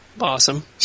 awesome